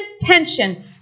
tension